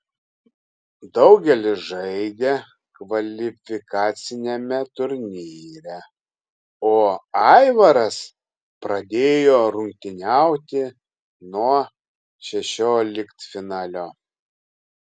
daugelis žaidė kvalifikaciniame turnyre o aivaras pradėjo rungtyniauti nuo šešioliktfinalio